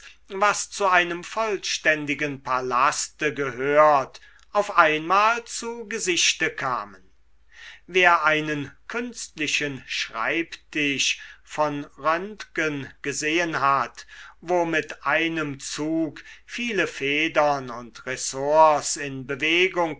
was zu einem vollständigen palaste gehört auf einmal zu gesichte kamen wer einen künstlichen schreibtisch von röntgen gesehen hat wo mit einem zug viele federn und ressorts in bewegung